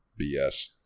BS